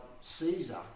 Caesar